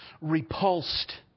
repulsed